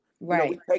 Right